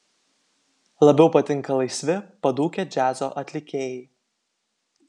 labiau patinka laisvi padūkę džiazo atlikėjai